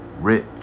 rich